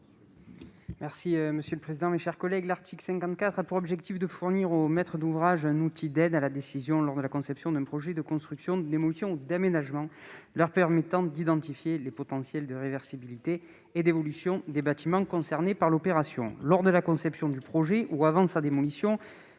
Bacchi, pour présenter l'amendement n° 203. L'article 54 a pour objectif de fournir aux maîtres d'ouvrage un outil d'aide à la décision lors de la conception d'un projet de construction, de démolition ou d'aménagement leur permettant d'identifier les potentiels de réversibilité et d'évolution des bâtiments concernés par l'opération. Lors de la conception du projet ou avant sa démolition,